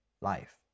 life